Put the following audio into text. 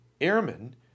Airmen